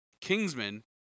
Kingsman